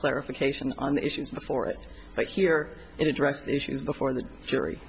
clarification on issues before it but here in addressing issues before the jury